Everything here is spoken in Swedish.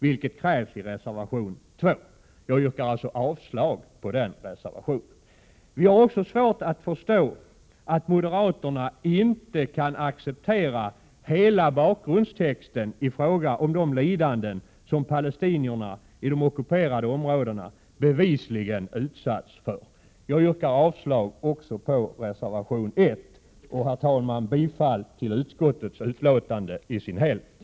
Detta krävs i reservation 2 på vilken jag alltså yrkar avslag. Vi har också svårt att förstå att moderaterna inte kan acceptera hela bakgrundstexten beträffande de lidanden som palestinierna i de ockuperade områdena bevisligen har utsatts för. Jag yrkar avslag också på reservation 1 och bifall till utskottets hemställan i dess helhet.